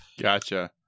Gotcha